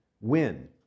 win